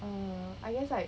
err I guess like